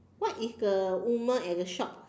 what is the woman at the shop